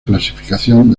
clasificación